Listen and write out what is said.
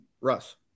Russ